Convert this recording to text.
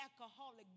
alcoholic